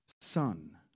son